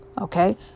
okay